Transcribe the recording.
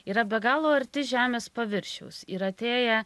yra be galo arti žemės paviršiaus ir atėję